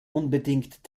unbedingt